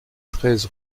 treize